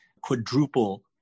quadruple